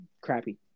crappy